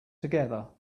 together